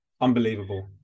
unbelievable